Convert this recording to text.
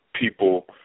people